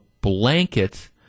blanket